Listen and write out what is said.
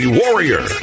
warrior